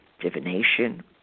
divination